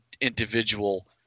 individual